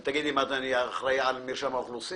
תגידי, מה אני אחראי על מרשם האוכלוסין?